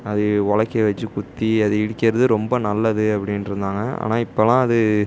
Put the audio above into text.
அது உலக்கைய வச்சு குத்தி அது இடிக்கின்றது ரொம்ப நல்லது அப்படின்ருந்தாங்க ஆனால் இப்போலாம் அது